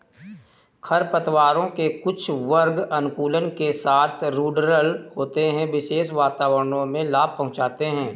खरपतवारों के कुछ वर्ग अनुकूलन के साथ रूडरल होते है, विशेष वातावरणों में लाभ पहुंचाते हैं